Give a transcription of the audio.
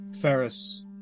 Ferris